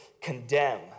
condemn